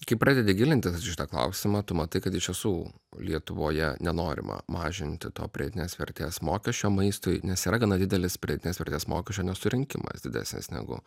kai pradedi gilintis į šitą klausimą tu matai kad iš tiesų lietuvoje nenorima mažinti to pridėtinės vertės mokesčio maistui nes yra gana didelis pridėtinės vertės mokesčio nesurinkimas didesnis negu